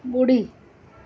ॿुड़ी